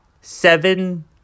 Seven